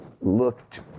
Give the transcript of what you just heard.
looked